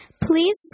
Please